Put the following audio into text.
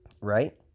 Right